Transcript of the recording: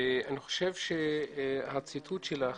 ואני חושב שהציטוט שלך